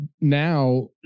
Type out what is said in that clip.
now